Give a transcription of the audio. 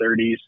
30s